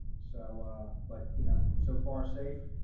so but you know, so far safe,